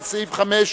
סעיף 4,